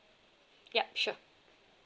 yup sure